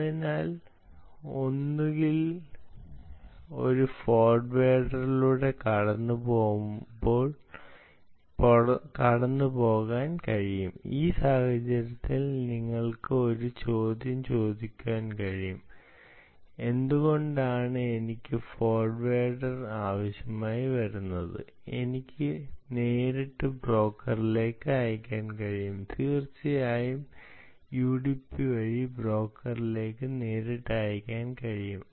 അതിനാൽ ഒന്നുകിൽ അത് ഒരു ഫോർവേർഡിലൂടെ കടന്നുപോകാൻ കഴിയും ഈ സാഹചര്യത്തിൽ നിങ്ങൾക്ക് ഇപ്പോൾ ഒരു ചോദ്യം ചോദിക്കാൻ കഴിയും എന്തുകൊണ്ടാണ് എനിക്ക് ഈ ഫോർവേർഡർ ആവശ്യമായി വരുന്നത് എനിക്ക് നേരിട്ട് ബ്രോക്കറിലേക്ക് അയയ്ക്കാൻ കഴിയും തീർച്ചയായും യുഡിപി വഴി ബ്രോക്കറിലേക്ക് നേരിട്ട് അയയ്ക്കാനും കഴിയും